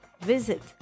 Visit